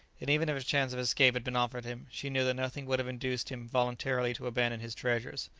and even if a chance of escape had been offered him, she knew that nothing would have induced him voluntarily to abandon his treasures.